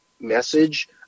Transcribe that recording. message